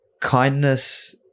kindness